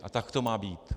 A tak to má být.